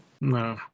no